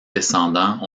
descendants